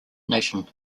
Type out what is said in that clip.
nation